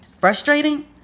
frustrating